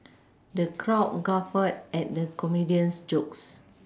the crowd guffawed at the comedian's jokes